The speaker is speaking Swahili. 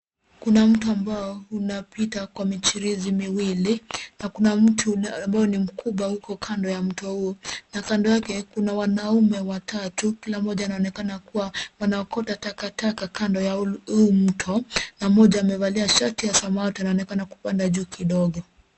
Kuna mto ambao unapita kwa michirizi miwili na kuna mti ambao ni mkubwa uko kando ya mto huo. Na kando yake kuna wanaume watatu kila mmoja anaonekana kuwa wanaokota takataka kando ya huu mto na mmoja amevalia shati ya samawati anaonekana kupanda juu kidogo.